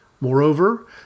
Moreover